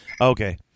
Okay